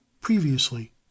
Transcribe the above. previously